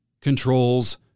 controls